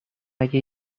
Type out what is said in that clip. اگه